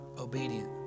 obedient